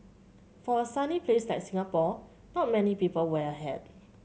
for a sunny place like Singapore not many people wear a hat